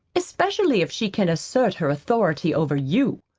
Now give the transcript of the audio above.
especially if she can assert her authority over you.